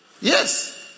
Yes